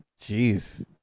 Jeez